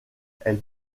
elle